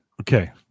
Okay